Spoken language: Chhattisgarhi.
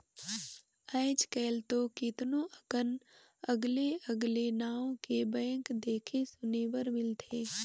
आयज कायल तो केतनो अकन अगले अगले नांव के बैंक देखे सुने बर मिलथे